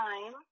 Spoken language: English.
time